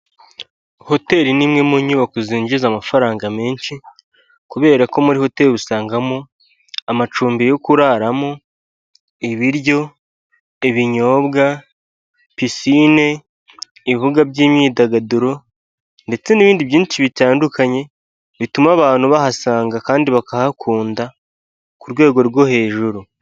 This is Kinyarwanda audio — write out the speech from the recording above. Hoteli ni imwe mu nyubako zinjiza amafaranga menshi kubera ko muri hoteli usangamo amacumbi yo kuraramo, ibiryo, ibinyobwa, pisine, ibibuga by'imyidagaduro ndetse n'ibindi byinshi bitandukanye bituma abantu bahasanga kandi bakahakunda ku rwego rwo hejuru.